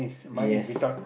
yes